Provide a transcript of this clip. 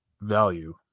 value